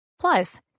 Plus